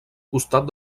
costat